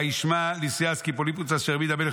וישמע לוסיאס כי פיליפוס אשר העמיד המלך